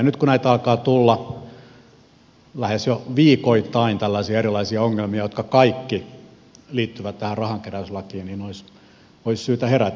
nyt kun alkaa tulla lähes jo viikoittain tällaisia erilaisia ongelmia jotka kaikki liittyvät tähän rahankeräyslakiin niin olisi syytä herätä